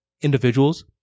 individuals